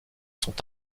sont